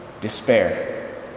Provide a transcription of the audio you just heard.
despair